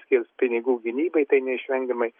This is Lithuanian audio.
skirs pinigų gynybai tai neišvengiamai